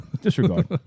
Disregard